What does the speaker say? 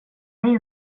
mig